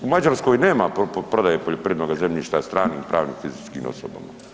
U Mađarskoj nema prodaje poljoprivrednoga zemljišta stranim pravnim i fizičkim osobama.